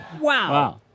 Wow